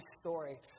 story